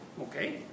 Okay